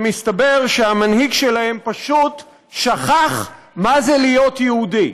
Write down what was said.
שמסתבר שהמנהיג שלהם פשוט שכח מה זה להיות יהודי.